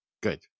Good